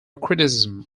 criticism